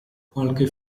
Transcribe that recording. qualche